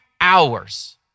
hours